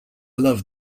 love